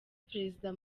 perezida